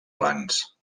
plans